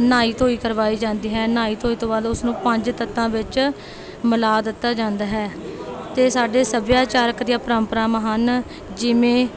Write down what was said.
ਨਾਈ ਧੋਈ ਕਰਵਾਈ ਜਾਂਦੀ ਹੈ ਨਾਈ ਧੋਈ ਤੋਂ ਬਾਅਦ ਉਸ ਨੂੰ ਪੰਜ ਤੱਤਾਂ ਵਿੱਚ ਮਿਲਾ ਦਿੱਤਾ ਜਾਂਦਾ ਹੈ ਅਤੇ ਸਾਡੇ ਸੱਭਿਆਚਾਰਕ ਦੀਆਂ ਪਰੰਪਰਾਵਾਂ ਹਨ ਜਿਵੇਂ